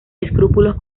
escrúpulos